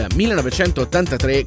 1983